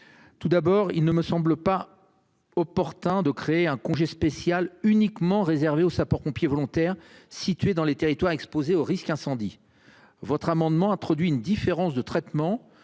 Tout d'abord, il ne me semble pas. Opportun de créer un congé spécial uniquement réservé aux sapeurs-pompiers volontaires située dans les territoires exposés au risque incendie votre amendement introduit une différence de traitement